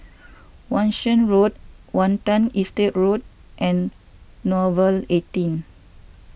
Wan Shih Road Watten Estate Road and Nouvel eighteen